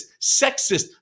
sexist